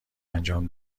انجام